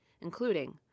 including